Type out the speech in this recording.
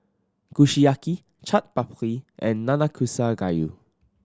Kushiyaki Chaat Papri and Nanakusa Gayu